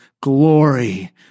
glory